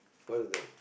according to the